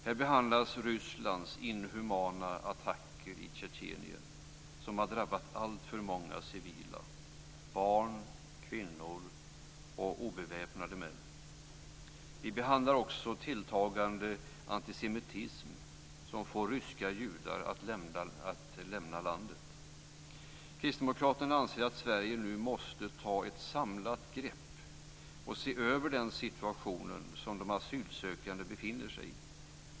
Här behandlas Rysslands inhumana attacker i Tjetjenien som drabbat alltför många civila; barn, kvinnor och obeväpnade män. Vi behandlar också den tilltagande antisemitism som får ryska judar att lämna landet. Kristdemokraterna anser att Sverige nu måste ta ett samlat grepp och se över den situation som de asylsökande befinner sig i.